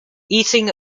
eating